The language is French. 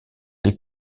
les